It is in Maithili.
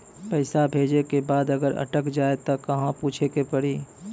पैसा भेजै के बाद अगर अटक जाए ता कहां पूछे के पड़ी?